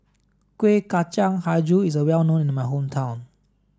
Kuih Kacang Hijau is well known in my hometown